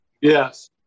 Yes